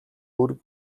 үүрэг